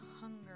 hunger